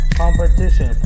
competition